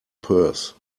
purse